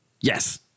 Yes